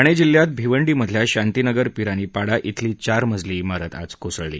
ठाणे जिल्ह्यात भिवंडीमधल्या शांतीनगर पिरानी पाडा खेली चार मजली चारत आज कोसळली